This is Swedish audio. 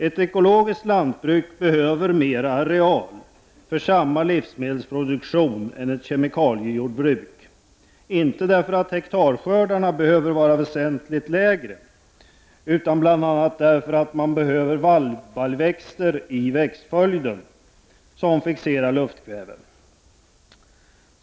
Ett ekologiskt lantbruk behöver mer areal för samma livsmedelsproduktion som ett kemikaliejordbruk, inte därför att hektarskördarna behöver vara väsentligt lägre, utan bl.a. därför att man behöver vallbaljväxter i växtföljden som fixerar luftkväve.